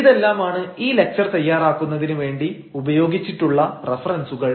ഇതെല്ലാമാണ് ഈ ലക്ചർ തയ്യാറാക്കുന്നതിന് വേണ്ടി ഉപയോഗിച്ചിട്ടുള്ള റഫറൻസുകൾ